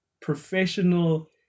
professional